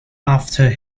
after